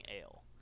ale